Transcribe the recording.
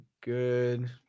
good